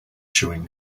chewing